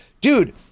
Dude